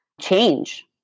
change